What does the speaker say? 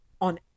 on